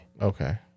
Okay